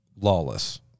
lawless